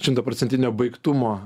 šimtaprocentinio baigtumo